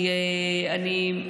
כי אתה יודע,